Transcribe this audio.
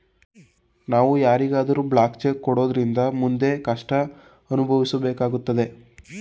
ನಾವು ಯಾರಿಗಾದರೂ blank cheque ಕೊಡೋದ್ರಿಂದ ಮುಂದೆ ಕಷ್ಟ ಅನುಭವಿಸಬೇಕಾಗುತ್ತದೆ